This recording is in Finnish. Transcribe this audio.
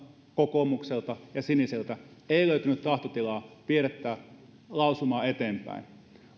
kokoomukselta ja sinisiltä ei löytynyt tahtotilaa viedä tätä lausumaa eteenpäin